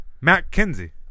Mackenzie